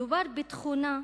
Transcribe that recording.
מדובר בתכונה,